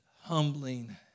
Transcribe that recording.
humbling